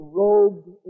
robed